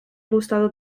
gustado